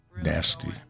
nasty